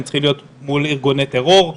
הם צריכים להיות מול ארגוני טרור,